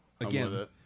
Again